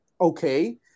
okay